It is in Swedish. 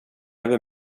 över